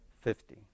Fifty